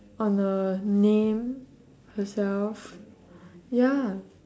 on her name herself ya